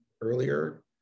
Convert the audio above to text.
earlier